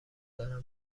دارم